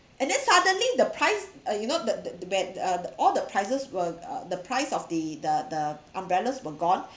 and then suddenly the price uh you know the the the wea~ uh all the prices were uh the price of the the the umbrellas were gone